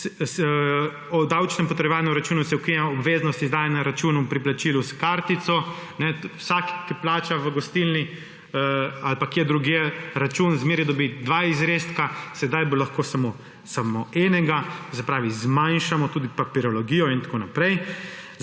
o davčnem potrjevaju računov se ukinja obveznost izdajanja računov pri plačilu s kartico. Vsak, ki plača v gostilni ali pa kje drugje račun, zmeraj dobi dva izrezka, sedaj bo lahko samo enega; to se pravi zmanjšamo tudi papirologijo in tako naprej.